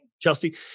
Chelsea